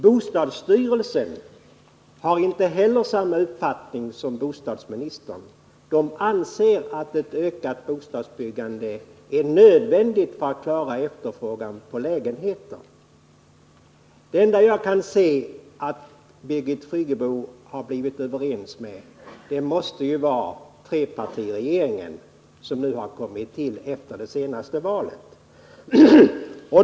Bostadsstyrelsen har inte heller samma uppfattning som bostadsministern. Den anser att ett ökat bostadsbyggande är nödvändigt för att klara efterfrågan på lägenheter. Den enda jag kan se att Birgit Friggebo har blivit överens med är den trepartiregering som har bildats efter det senaste valet.